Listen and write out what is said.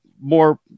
more